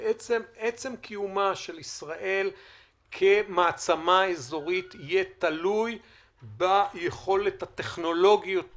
עצם קיומה של ישראל כמעצמה אזורית יהיה תלוי ביכולת הטכנולוגיות שלה,